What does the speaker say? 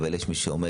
אבל יש מי שעומד